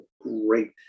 great